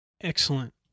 Excellent